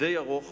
די ארוך